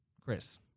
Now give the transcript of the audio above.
Chris